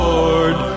Lord